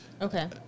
Okay